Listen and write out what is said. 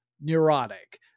neurotic